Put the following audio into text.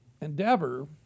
endeavor